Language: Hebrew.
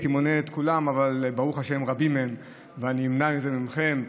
הייתי מונה את כולם אבל ברוך השם רבים הם ואני אמנע את זה מכם,